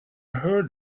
heard